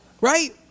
Right